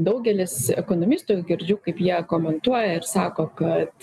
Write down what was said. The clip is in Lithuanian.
daugelis ekonomistų girdžiu kaip jie komentuoja ir sako kad